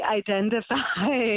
identify